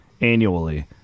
annually